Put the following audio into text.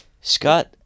Scott